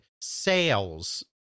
sales